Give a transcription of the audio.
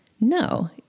no